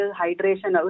hydration